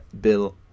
Bill